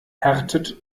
härtet